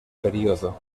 período